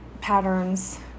patterns